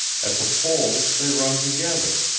at the poles they run together.